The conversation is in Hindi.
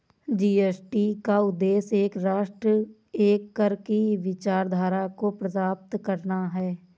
जी.एस.टी का उद्देश्य एक राष्ट्र, एक कर की विचारधारा को प्राप्त करना है